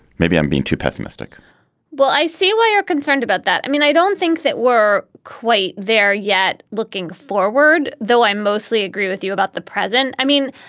maybe i'm being too pessimistic well, i see why you're concerned about that. i mean, i don't think that were quite there yet. looking forward, though, i mostly agree with you about the present. i mean,